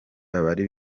abari